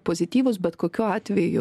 pozityvus bet kokiu atveju